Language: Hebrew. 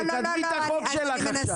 תקדמי את החוק שלך עכשיו.